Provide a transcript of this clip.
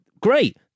great